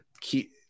key